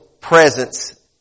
presence